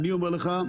אני אומר לך,